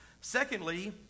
Secondly